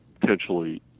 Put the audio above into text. potentially